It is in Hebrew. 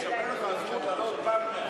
ששומרת על הזכות להעלות פעם נוספת,